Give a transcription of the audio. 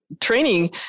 training